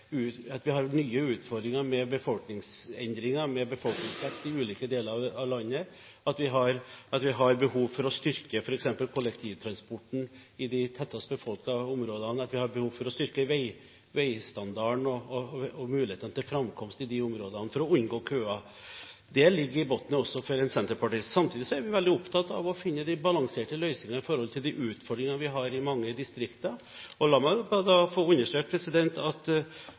vi har nye utfordringer med befolkningsendringer og med befolkningsvekst i ulike deler av landet, og at vi har behov for å styrke f.eks. kollektivtrafikken i de tettest befolkede områdene og å styrke veistandarden og muligheten til framkomst i disse områdene for å unngå køer. Det ligger i bunnen også for en senterpartistatsråd. Samtidig er vi veldig opptatt av å finne balanserte løsninger på de utfordringer vi har i mange distrikter. La meg få understreke at det i mange distrikter på Vestlandet og